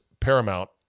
Paramount